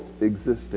existing